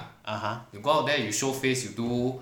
(uh huh)